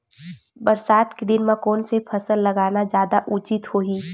बरसात के दिन म कोन से फसल लगाना जादा उचित होही?